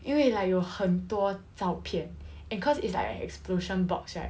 因为 like 有很多照片 and cause it's like an explosion box right